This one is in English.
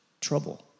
trouble